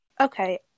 okay